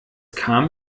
kam